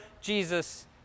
Jesus